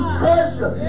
treasure